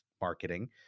marketing